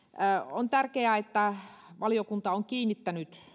on tärkeää että valiokunta on kiinnittänyt